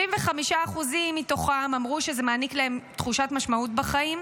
75% מתוכם אמרו שזה מעניק להם תחושת משמעות בחיים,